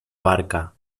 barca